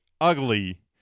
ugly